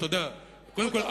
קודם כול,